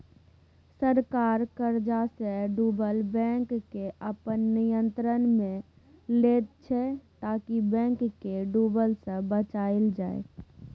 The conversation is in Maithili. सरकार कर्जसँ डुबल बैंककेँ अपन नियंत्रणमे लैत छै ताकि बैंक केँ डुबय सँ बचाएल जाइ